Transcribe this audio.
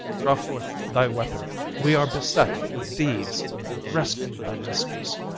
draw forth thy weapon we are beset with thieves rescue thy mistress,